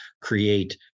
create